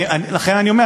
--- לכן אני אומר,